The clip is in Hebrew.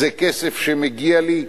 זה כסף שמגיע לי.